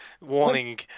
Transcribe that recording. warning